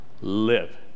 live